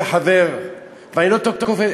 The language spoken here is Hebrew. חבר הכנסת נסים זאב,